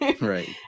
right